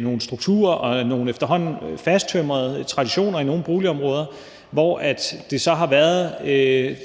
nogle strukturer og nogle efterhånden fasttømrede traditioner i nogle boligområder, hvor der så har været